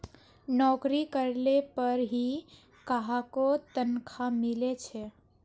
नोकरी करले पर ही काहको तनखा मिले छे